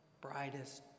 brightest